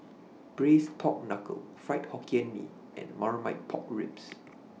Braised Pork Knuckle Fried Hokkien Mee and Marmite Pork Ribs